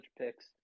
picks